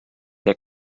der